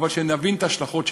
אבל שנבין את ההשלכות שלו.